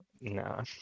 No